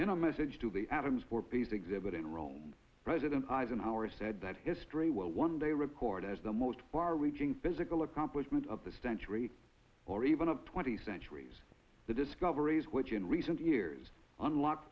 and a message to the atoms for peace exhibit in rome president eisenhower said that history will one day record as the most far reaching physical accomplishment of the stench rate or even of twenty centuries the discoveries which in recent years unlocked